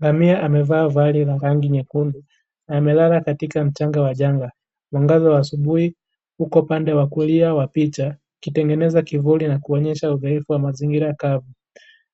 Amia amevaa vazi la rangi nyekundu ,amelala katika mjanga wa changa, mwangaza wa asubuhi uko pande wa kulia wapita ikitengeneza kivuli na kuonyesha udhaifu wa mazingira kavu.